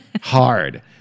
hard